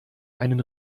einen